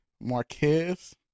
Marquez